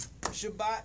Shabbat